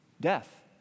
death